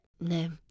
No